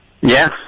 Yes